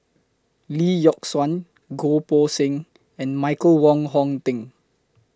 Lee Yock Suan Goh Poh Seng and Michael Wong Hong Teng